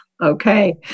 Okay